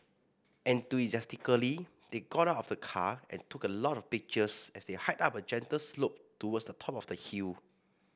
enthusiastically they got out of the car and took a lot of pictures as they hiked up a gentle slope towards the top of the hill